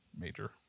major